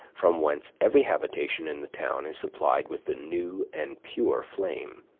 from whence every habitation in the town is supplied with the new and pure flame.